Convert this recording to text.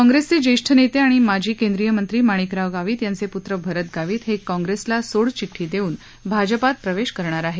काँग्रेसचे ज्येष्ठ नेते आणि माजी केंद्रीय मंत्री माणिकराव गावित यांचे प्त्र भरत गावित हे काँग्रेसला सोडचिठ्ठी देऊन भाजपात प्रवेश करणार आहेत